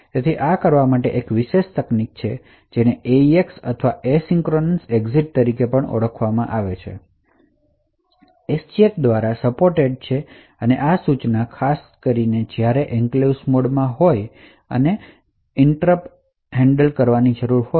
તેથી આ કરવા માટે એક વિશેષ તકનીક છે જેને AEX અથવા એસિંક્રોનસ એક્ઝિટ તરીકે ઓળખાય છે જે SGX દ્વારા સપોર્ટેડ છે અને આ સુવિધા જ્યારે એન્ક્લેવ્સ મોડમાં હોય ત્યારે પણ ઇન્ટ્રપટ ને નિયંત્રિત કરવાની મંજૂરી આપશે